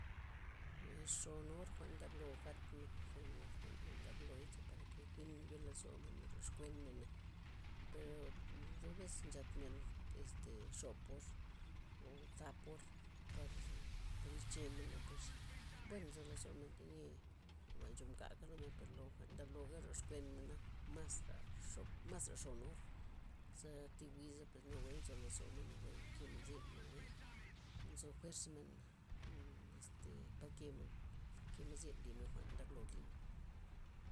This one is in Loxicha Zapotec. Xon or jwa'n ndablo gatmen, xon or jwa'n ndabloy chera parake win yo lozomen, ryoxkuenmena pero nzo ves nchatmen este xop or o tzap or par par yochemen na pues buen nzo lozomen thenye nchomka galomen per per jwa'n ndablo ryoxkuenmen nal mazra xop mazra xon or za thidib wiza' pues nawe nzo lozomen, nawe kemen zyn nawe nzo fuersmen mmeste para kemen zyn limen jwa'n ndablo limen.